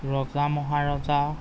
ৰজা মহাৰজা